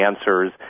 answers